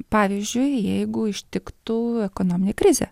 pavyzdžiui jeigu ištiktų ekonominė krizė